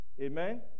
Amen